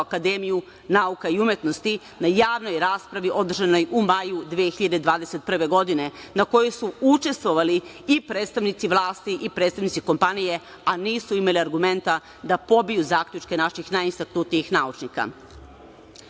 a mislim na SANU, na javnoj raspravi održanoj u maju 2021. godine, na kojoj su učestvovali i predstavnici vlasti i predstavnici kompanije, a nisu imali argumenta da pobiju zaključke naših najistaknutijih naučnika. Ukazujem